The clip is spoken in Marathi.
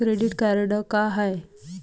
क्रेडिट कार्ड का हाय?